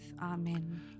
Amen